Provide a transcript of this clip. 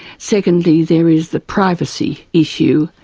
secondly there is the privacy issue,